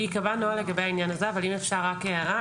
ייקבע נוהל לגבי העניין הזה, אבל אם אפשר רק הערה.